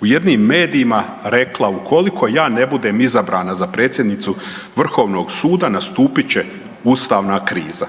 u jednim medijima rekla ukoliko ja ne budem izabrana za predsjednicu vrhovnog suda nastupit će ustavna kriza.